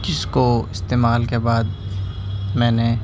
جس کو استعمال کے بعد میں نے